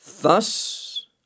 thus